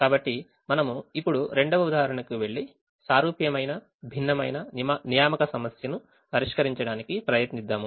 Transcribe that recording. కాబట్టి మనము ఇప్పుడు రెండవ ఉదాహరణకి వెళ్లి సారూప్యమైన భిన్నమైన నియామక సమస్యను పరిష్కరించడానికి ప్రయత్నిద్దాము